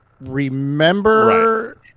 remember